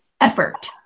effort